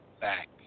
back